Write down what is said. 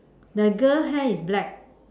the girl hair is black